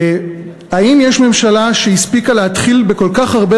האם יש ממשלה שהספיקה להתחיל כל כך הרבה